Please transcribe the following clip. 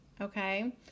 Okay